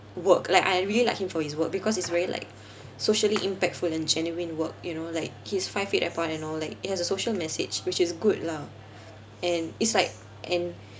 work like I really like him for his work because it's very like socially impactful and genuine work you know like his five feet apart and all like it has a social message which is good lah and it's like and